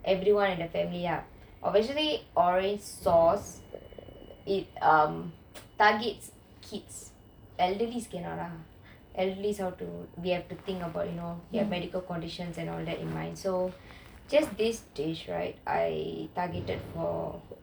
everyone in the family lah originally orange sauce it targets kids elderlys cannot ah elderlys we have to think about they have medical conditions and all that in mind just this dish right I targeted for